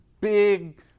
big